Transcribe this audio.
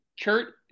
Kurt